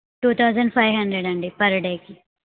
two thousand five hundred అండి per డేకి